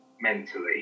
mentally